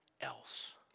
else